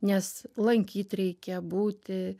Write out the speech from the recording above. nes lankyt reikia būti